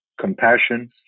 compassion